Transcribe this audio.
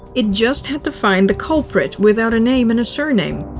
it just had to find the culprit without a name and surname.